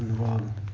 ਧੰਨਵਾਦ